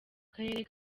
karere